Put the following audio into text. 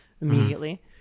immediately